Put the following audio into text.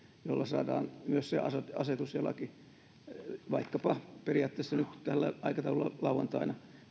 jolla saadaan myös se asetus ja laki voimaan koko maassa vaikkapa periaatteessa nyt tällä aikataululla lauantaina